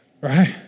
right